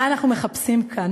מה אנחנו מחפשים כאן?